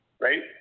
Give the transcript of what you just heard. right